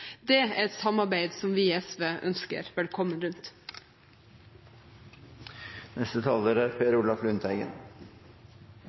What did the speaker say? Det er et samarbeid som vi i SV ønsker velkomment. Det er